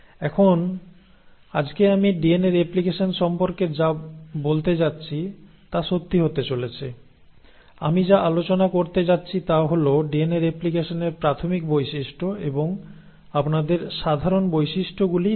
এখন আজকে আমি ডিএনএ রেপ্লিকেশন সম্পর্কে যা বলতে যাচ্ছি তা সত্যি হতে চলেছে আমি যা আলোচনা করতে যাচ্ছি তা হল ডিএনএ রেপ্লিকেশনের প্রাথমিক বৈশিষ্ট্য এবং আপনাদের সাধারণ বৈশিষ্ট্যগুলিই দেবে